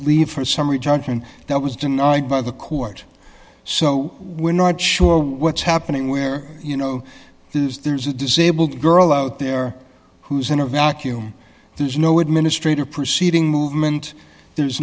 leave for summary judgment that was denied by the court so we're not sure what's happening where you know there's there's a disabled girl out there who's in a vacuum there's no administrator proceeding movement there's